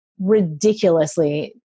ridiculously